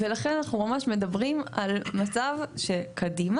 לכן אנחנו ממש מדברים על מצב שהוא קדימה.